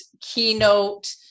keynote